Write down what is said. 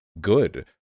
good